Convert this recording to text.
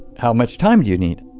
how much time do you need?